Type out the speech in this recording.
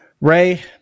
Ray